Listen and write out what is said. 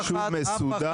זה ישוב מסודר,